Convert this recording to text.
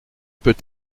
peut